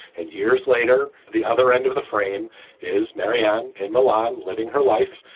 and years later, the other end of the frame is marianne in milan living her life.